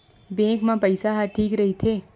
Bank मा पईसा ह ठीक राइथे?